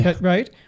Right